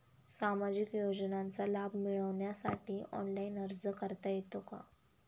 सामाजिक योजनांचा लाभ मिळवण्यासाठी ऑनलाइन अर्ज करता येतो का?